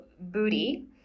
Booty